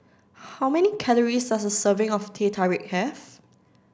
how many calories does a serving of Teh Tarik have